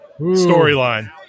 storyline